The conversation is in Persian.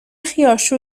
خیارشور